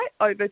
over